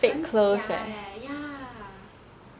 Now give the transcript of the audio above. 很假 eh ya